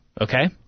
Okay